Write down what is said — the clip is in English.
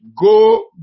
go